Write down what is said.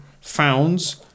Founds